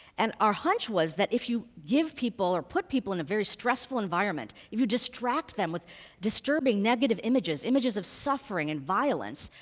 and our hunch was that if you give people or put people in a very stressful environment, if you distract them with disturbing, negative images, images of suffering and violence,